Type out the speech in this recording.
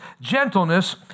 gentleness